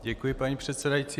Děkuji, paní předsedající.